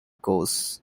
goose